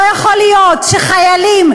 לא יכול להיות שחיילים,